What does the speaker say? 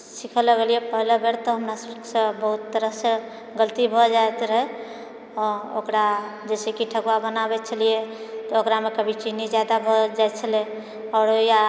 सीखय लगलियै पहिलऽ बेर तऽ हमरासभसँ बहुत तरहसँ गलती भऽ जाइत रहय आ ओकरा जैसे कि ठकुआ बनाबैत छलियै तऽ ओकरामऽ कभी चीनी ज्यादा भऽ जाइत छलै आओर या